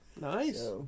Nice